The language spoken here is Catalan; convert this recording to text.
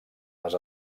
les